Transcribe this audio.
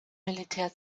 militär